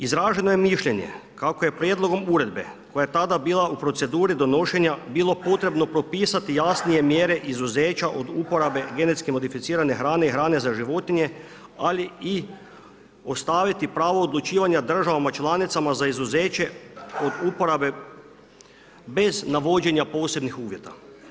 Izraženo je mišljenje kako je prijedlogom uredbe koja je tada bila u proceduri donošenja bilo potrebno propisati jasnije mjere izuzeća od uporabe genetski modificirane hrane i hrane za životinje, ali i ostaviti pravo odlučivanja državama članicama za izuzeće od uporabe bez navođenja posebnih uvjeta.